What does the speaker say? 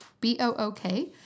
B-O-O-K